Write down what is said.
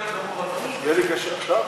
עכשיו?